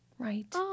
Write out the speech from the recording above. Right